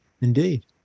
Indeed